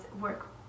work